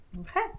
Okay